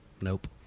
Nope